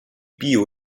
bio